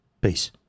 Peace